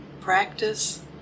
practice